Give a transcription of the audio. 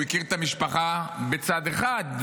הוא הכיר את המשפחה בצד אחד,